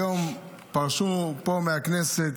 היום פרשו פה מהכנסת,